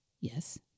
Yes